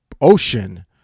ocean